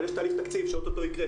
אבל יש תהליך תקציב שאו-טו-טו יקרה.